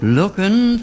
looking